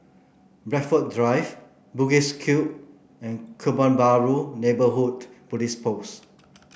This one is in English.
Blandford Drive Bugis Cube and Kebun Baru Neighbourhood Police Post